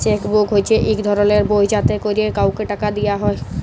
cheque book হছে ইক ধরলের বই যাতে ক্যরে কাউকে টাকা দিয়া হ্যয়